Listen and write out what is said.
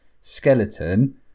skeleton